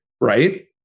right